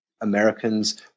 Americans